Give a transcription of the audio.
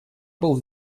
был